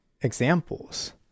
examples